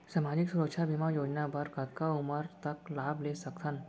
सामाजिक सुरक्षा बीमा योजना बर कतका उमर तक लाभ ले सकथन?